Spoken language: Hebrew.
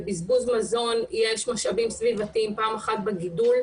בבזבוז מזון יש משאבים סביבתיים פעם אחת בגידול.